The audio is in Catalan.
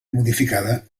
modificada